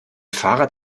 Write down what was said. fahrrad